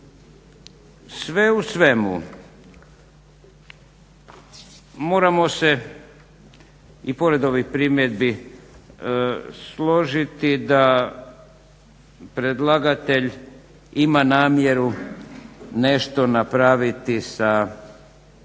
Sve u svemu moramo se i pored ovih primjedbi složiti da predlagatelj ima namjeru nešto napraviti sa, pogotovo